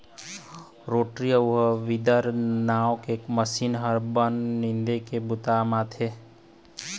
rotary अउ weeder नांव के मसीन ह बन निंदे के बूता आथे